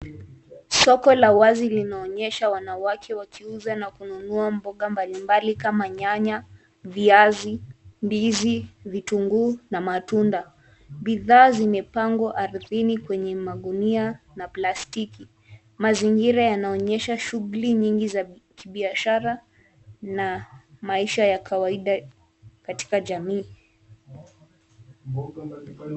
Soko la wazi linaonyesha WA awake wakiuza na kununua mboga mbalimbali kama nyanya, viazi, ndizi, vitunguu na matunda. Bidhaa zimepangwa ardini kwenye magunia na plastiki. Mazingira yanaonyesha shughuli nyingi za kibiasha na maisha ya kawaida katika jamii